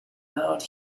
out